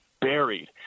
buried